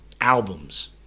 Albums